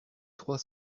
trois